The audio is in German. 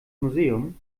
museum